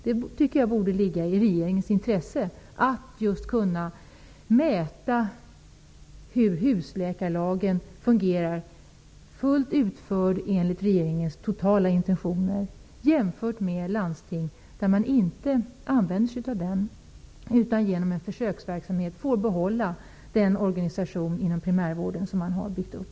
Det borde ligga i regeringens intresse att kunna mäta hur landsting fungerar där husläkarlagen fullt ut är genomförd enligt riksdagens intentioner jämfört med lansting där man genom försöksverksamhet får behålla den organisation inom primärvården som man har byggt upp.